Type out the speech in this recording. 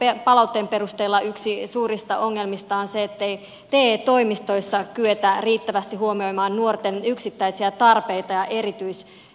saadun palautteen perusteella yksi suurista ongelmista on se ettei te toimistoissa kyetä riittävästi huomioimaan nuorten yksittäisiä tarpeita ja erityistilanteita